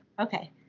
okay